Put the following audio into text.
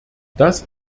das